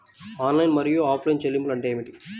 Online మరియు offline చెల్లింపులు అంటే ఏమిటి?